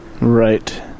Right